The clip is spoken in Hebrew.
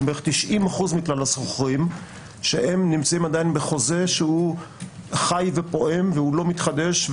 היא בערך 90% מכלל השוכרים שנמצאים עדיין בחוזה שחי ופועם ולא מתחדש,